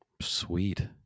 Sweet